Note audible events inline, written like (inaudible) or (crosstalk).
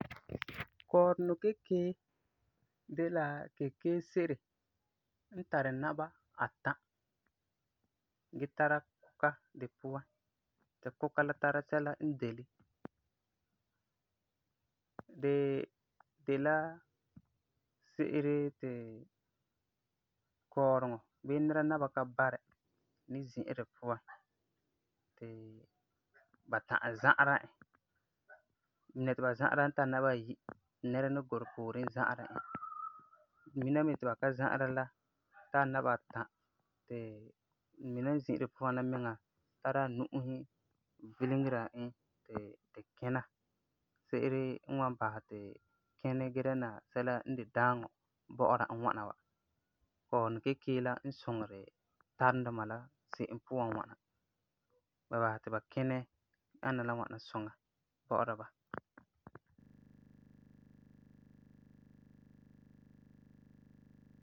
(noise) Kɔɔreŋɔ Keeke de la keeke se'ere n tari naba atã gee tara kuka di puan ti kuka la tara sɛla n deli. Di de la se'ere ti kɔɔreŋɔ bii nɛra naba n ka barɛ ni zi'a di puan ti ba ta'am za'ara e. Mina ti ba za'ara la tari naba ayi ti nɛra ni gurɛ pooren za'ara e. (noise) (noise) Mina me ti ba ka za'ara la tari la naba atã ti mina zi di puan la miŋa tara a nu'usi vileŋera e ti di kina, se'ere n wan basɛ ti kinɛ da dɛna daaŋɔ bɔ'ɔra e ŋwana wa. Kɔɔreŋɔ keeke la n suŋeri tarumduma la se'em puan (noise) n ŋwana. Ba basɛ ti ba kinɛ ana la ŋwana suŋa bɔ'ɔra ba. (noise)